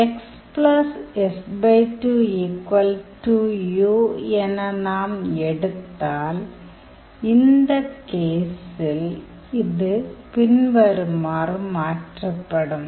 xs2u என நாம் எடுத்தால் இந்த கேஸில் இது பின்வருமாறு மாற்றப்படும்